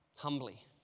humbly